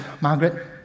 Margaret